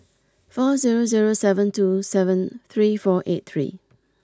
four zero zero seven two seven three four eight three